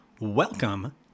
Welcome